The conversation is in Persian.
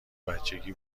بچگی